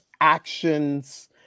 actions